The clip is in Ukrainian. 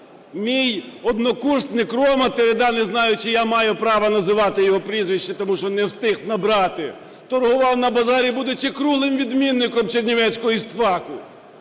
Мій однокурсник Рома Терида, не знаю, чи я маю право називати його прізвище, тому що не встиг набрати, торгував на базарі, будучи круглим відмінником чернівецького істфаку.